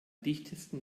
dichtesten